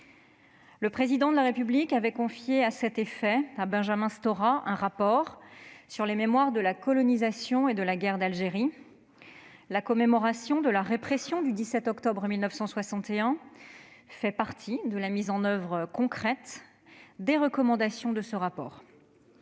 Le Président de la République avait confié à cet effet à Benjamin Stora un rapport sur les mémoires de la colonisation et de la guerre d'Algérie. La commémoration de la répression du 17 octobre 1961 fait partie de la mise en oeuvre concrète des recommandations de ce rapport.